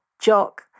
Jock